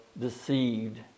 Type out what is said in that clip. deceived